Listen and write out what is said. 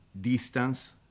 distance